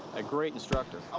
a great instructor.